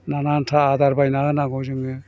नानानथा आदार बायना होनांगौ जोङो